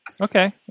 Okay